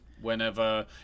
Whenever